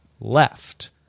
left